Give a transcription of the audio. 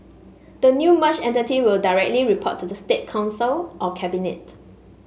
the new merged entity will directly report to the State Council or Cabinet